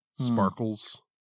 sparkles